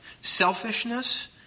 selfishness